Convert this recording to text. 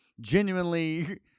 genuinely